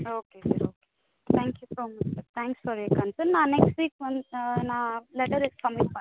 okay sir okay sir thank you so much sir thanks for consent நான் next week வந்து நான் letter இது submit பண்ணிடுறேன் sir